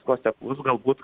nuoseklus galbūt